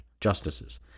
justices